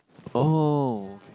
oh